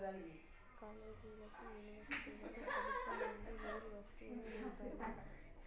కాలేజీలకి, యూనివర్సిటీలకు ప్రభుత్వం నుండి నిధులు వస్తూనే ఉంటాయి